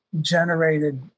generated